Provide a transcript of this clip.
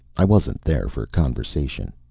i wasn't there for conversation.